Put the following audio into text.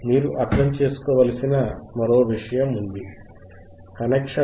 మీరు అర్థం చేసుకోవలసిన మరో విషయం సమాంతర కనెక్షన్